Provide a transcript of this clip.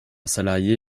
salarié